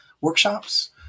workshops